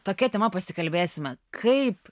tokia tema pasikalbėsime kaip